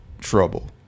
trouble